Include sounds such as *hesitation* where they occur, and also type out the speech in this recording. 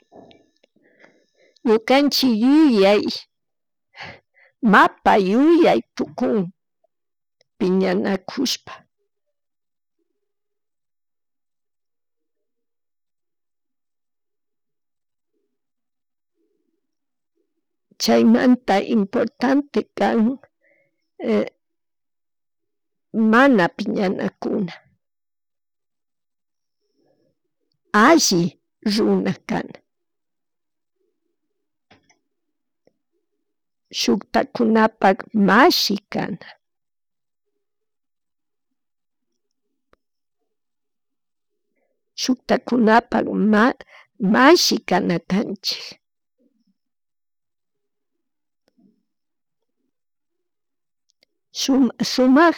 *hesitation* ñukanchik yuyay mapay yuyay tukun piñanakushpa, *noise* nchaymanta importante kan man apiñanakuna, alli runa kana. Shuntakunapak mashi kana, shuntakunapak mashi kana kanchik, shumak